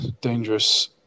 dangerous